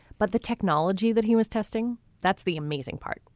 but the technology that he was testing that's the amazing part.